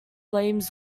flames